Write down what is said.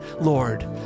Lord